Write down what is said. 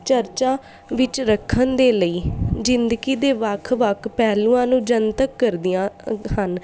ਚਰਚਾ ਵਿੱਚ ਰੱਖਣ ਦੇ ਲਈ ਜ਼ਿਦਗੀ ਦੇ ਵੱਖ ਵੱਖ ਪਹਿਲੂਆਂ ਨੂੰ ਜਨਤਕ ਕਰਦੀਆਂ ਹਨ